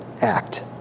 act